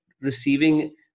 receiving